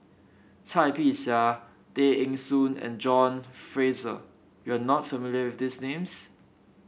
Cai Bixia Tay Eng Soon and John Fraser you are not familiar with these names